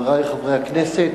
חברי חברי הכנסת,